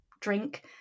drink